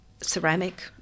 ceramic